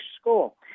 school